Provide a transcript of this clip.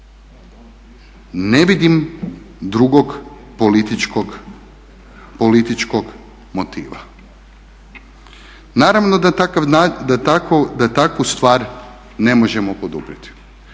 Ne vidim drugog političkog motiva. Naravno da takvu stvar ne možemo poduprijeti.